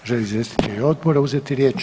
Žele li izvjestitelji odbora uzeti riječ?